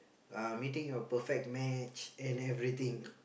uh meeting your perfect match and everything